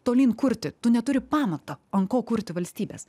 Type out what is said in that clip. tolyn kurti tu neturi pamato ant ko kurti valstybės